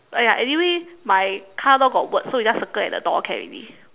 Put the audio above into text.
uh ya anyway my car door got words so you just circle at the door can already